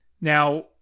Now